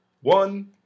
one